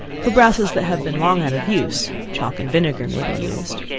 for brasses that have been long out of use, chalk and vinegar may be used.